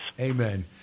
Amen